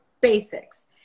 basics